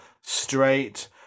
straight